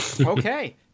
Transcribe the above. Okay